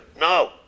No